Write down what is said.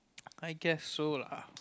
I guess so lah